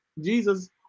Jesus